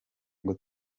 ngo